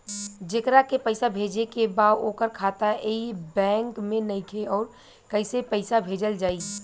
जेकरा के पैसा भेजे के बा ओकर खाता ए बैंक मे नईखे और कैसे पैसा भेजल जायी?